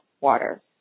water